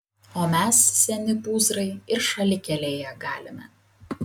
o mes seni pūzrai ir šalikelėje galime